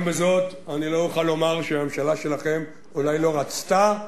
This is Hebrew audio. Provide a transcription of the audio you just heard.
גם בזאת אני לא אוכל לומר שהממשלה שלכם אולי לא רצתה.